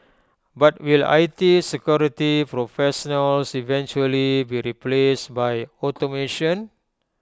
but will I T security professionals eventually be replaced by automation